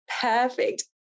Perfect